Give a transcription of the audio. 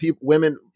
women